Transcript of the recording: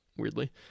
weirdly